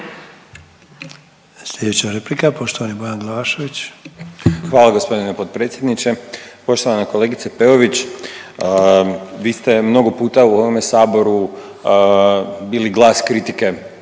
Sljedeća replika, poštovani Bojan Glavašević. **Glavašević, Bojan (Nezavisni)** Hvala g. potpredsjedniče, poštovana kolegice Peović, vi ste mnogo puta u ovome Saboru ili glas kritike